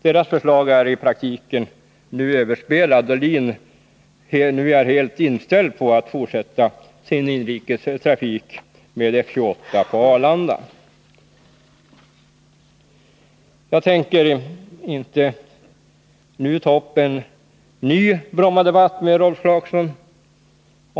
Deras förslag är i praktiken överspelat, då LIN nu är helt inställt på att fortsätta sin inrikestrafik med F-28 på Arlanda. Jag tänker inte ta upp en ny Brommadebatt med Rolf Clarkson.